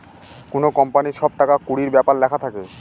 কোনো কোম্পানির সব টাকা কুড়ির ব্যাপার লেখা থাকে